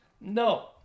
no